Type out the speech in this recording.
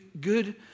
good